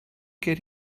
get